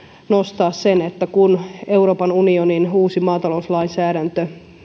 nostaa sen että kun euroopan unionin uusi maatalouslainsäädäntö